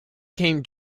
came